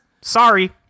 sorry